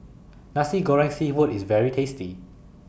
Nasi Goreng Seafood IS very tasty